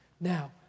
Now